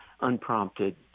unprompted